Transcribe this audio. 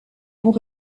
pont